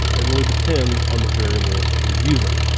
it really depends on the variables we're using.